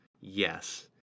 Yes